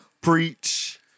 Preach